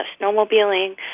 snowmobiling